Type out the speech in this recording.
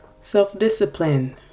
self-discipline